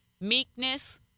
meekness